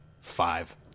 Five